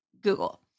Google